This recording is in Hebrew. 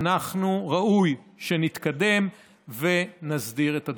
ראוי שנתקדם ונסדיר את הדברים.